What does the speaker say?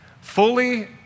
fully